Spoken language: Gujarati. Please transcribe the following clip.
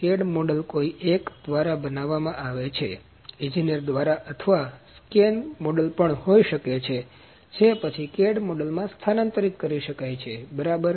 CAD મોડેલ કોઈ એક દ્વારા બનાવવામાં આવે છે ઈજનેર દ્વારા અથવા સ્કેન મોડેલ પણ હોઈ શકે છે જે પછી CAD મોડેલમાં સ્થાનાંતરિત કરી શકાય છે બરાબર